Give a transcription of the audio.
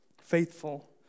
Faithful